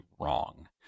wrong